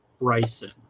Bryson